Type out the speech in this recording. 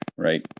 Right